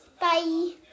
Bye